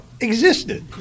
existed